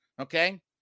Okay